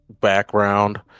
background